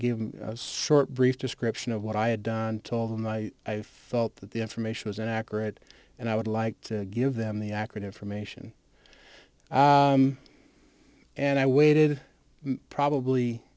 give sort brief description of what i had done told them i thought that the information was inaccurate and i would like to give them the accurate information and i waited probably